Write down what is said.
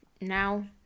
now